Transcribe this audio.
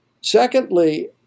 Secondly